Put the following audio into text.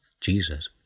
Jesus